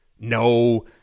No